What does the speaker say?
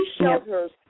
shelters